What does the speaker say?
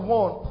one